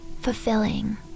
Fulfilling